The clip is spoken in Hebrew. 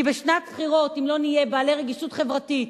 כי בשנת בחירות, אם לא נהיה בעלי רגישות חברתית